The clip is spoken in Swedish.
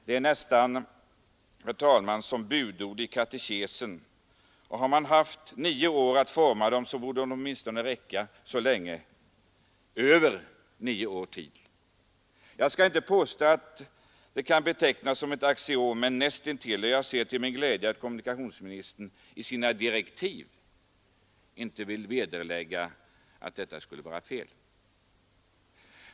Det är nästan som budord i katekesen. Har man haft nio år på sig att utforma dem, så borde de stå sig att beslutet kan åtminstone till nio år därefter. Jag skall inte på betecknas som ett axiom men näst intill. Jag ser till min glädje att kommunikationsministern i sina direktiv inte vill vederlägga detta.